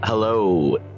Hello